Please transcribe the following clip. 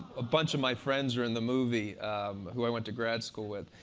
a bunch of my friends are in the movie who i went to grad school with.